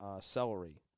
Celery